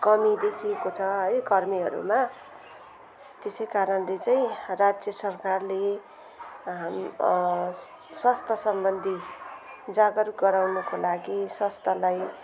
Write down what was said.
कमी देखिएको छ है कर्मीहरूमा त्यसै कारणले चाहिँ राज्य सरकारले हाम् स्वास्थ्यसम्बन्धी जागरूक गराउनको लागि स्वास्थ्यलाई